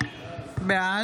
בעד